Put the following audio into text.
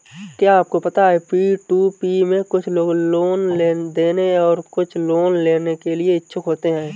क्या आपको पता है पी.टू.पी में कुछ लोग लोन देने और कुछ लोग लोन लेने के इच्छुक होते हैं?